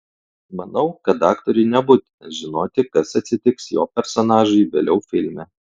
manau kad aktoriui nebūtina žinoti kas atsitiks jo personažui vėliau filme